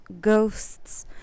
ghosts